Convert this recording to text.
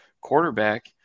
quarterback